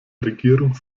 regierung